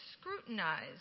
scrutinize